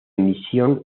misión